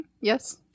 Yes